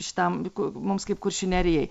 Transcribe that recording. šitam mums kaip kuršių nerijai